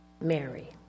Mary